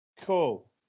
cool